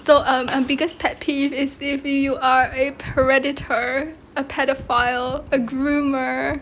so um biggest pet peeve is if you are a predator a paedophile a groomer